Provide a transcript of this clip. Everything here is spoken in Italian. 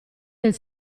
del